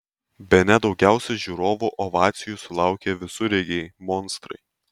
bene daugiausiai žiūrovų ovacijų sulaukė visureigiai monstrai